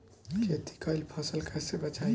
खेती कईल फसल कैसे बचाई?